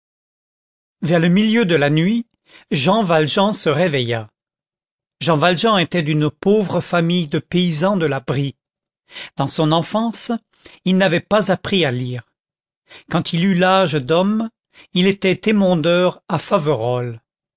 vers le milieu de la nuit jean valjean se réveilla jean valjean était d'une pauvre famille de paysans de la brie dans son enfance il n'avait pas appris à lire quand il eut l'âge d'homme il était émondeur à faverolles